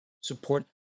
Support